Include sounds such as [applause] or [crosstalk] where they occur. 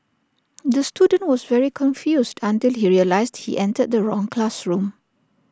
[noise] the student was very confused until he realised he entered the wrong classroom